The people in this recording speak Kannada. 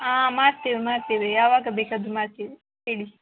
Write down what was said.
ಹಾಂ ಮಾಡ್ತೀವಿ ಮಾಡ್ತೀವಿ ಯಾವಾಗ ಬೇಕಾದರು ಮಾಡ್ತೀವಿ ಹೇಳಿ